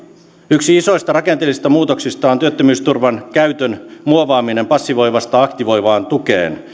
yksi isoista rakenteellisista muutoksista on työttömyysturvan käytön muovaaminen passivoivasta aktivoivaan tukeen